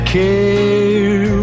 care